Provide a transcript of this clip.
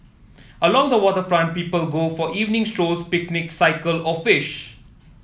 along the waterfront people go for evening strolls picnic cycle or fish